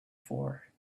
for